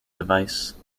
device